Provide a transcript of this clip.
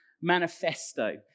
manifesto